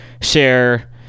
share